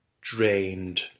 drained